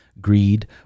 greed